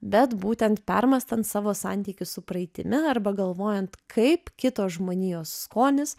bet būtent permąstant savo santykį su praeitimi arba galvojant kaip kito žmonijos skonis